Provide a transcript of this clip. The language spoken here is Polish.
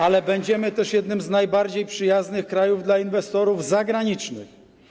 Ale będziemy też jednym z najbardziej przyjaznych krajów dla inwestorów zagranicznych.